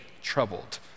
troubled